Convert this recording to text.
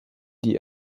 die